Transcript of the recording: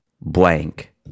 blank